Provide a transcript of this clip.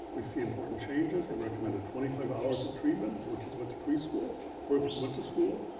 we see important changes, it recommended twenty five hours of treatment before kids went to preschool, before kids went to school.